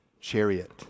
chariot